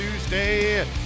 Tuesday